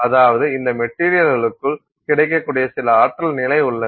அதாவது இந்த மெட்டீரியல்களுக்குள் கிடைக்கக்கூடிய சில ஆற்றல் நிலை உள்ளது